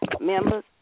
members